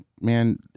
man